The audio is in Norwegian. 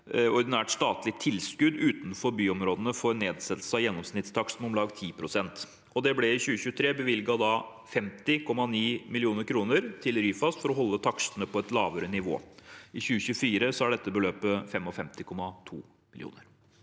ordinært statlig tilskudd utenfor byområder for nedsettelse av gjennomsnittstakst med om lag 10 pst. Det ble i 2023 bevilget 50,9 mill. kr til Ryfast for å holde takstene på et lavere nivå. I 2024 er dette beløpet 55,2 mill. kr.